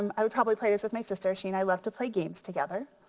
um i would probably play this with my sister, she and i love to play games together.